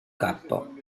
capo